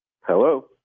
Hello